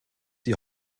die